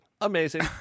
Amazing